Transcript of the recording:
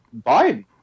Biden